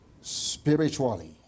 spiritually